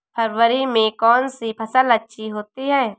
फरवरी में कौन सी फ़सल अच्छी होती है?